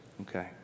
Okay